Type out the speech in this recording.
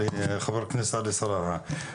חבר הכנסת עלי סלאלחה?